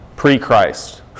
pre-Christ